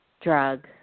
drug